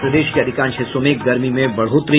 और प्रदेश के अधिकांश हिस्सों में गर्मी में बढ़ोतरी